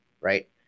Right